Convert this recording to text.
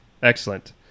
Excellent